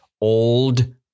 Old